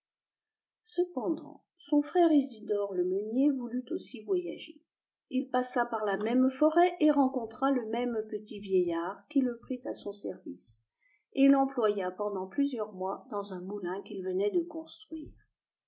cependant son frère isidore le meunier voulut aussi voyager il passa par la même forêt et rencontra le même petit vieillard qui le prit à son service et l'employa pendant plusieurs mois dans un moulin qu'il venait de construire